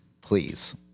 Please